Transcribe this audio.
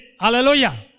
Hallelujah